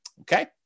Okay